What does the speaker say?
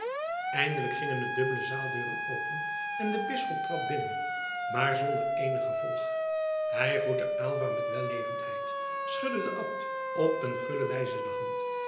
eindelijk gingen de dubbele zaaldeuren open en de bisschop trad binnen maar zonder eenig gevolg hij groette aylva met wellevendheid schudde den abt op een gulle wijze de hand